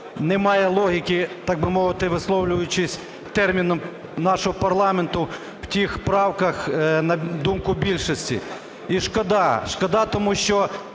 немає логіки, так би мовити, висловлюючись терміном нашого парламенту, в тих правках, на думку більшості. І шкода. Шкода, тому що